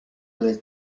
nel